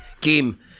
game